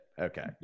Okay